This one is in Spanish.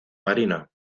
marino